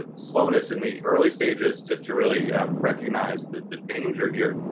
ah slowness in the early stages to to really recognize the the danger here,